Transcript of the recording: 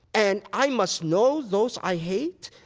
and i must know those i hate?